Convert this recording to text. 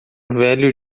velho